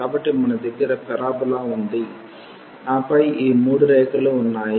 కాబట్టి మన దగ్గర పరబోలా ఉంది ఆపై ఈ మూడు రేఖలు ఉన్నాయి